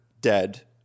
dead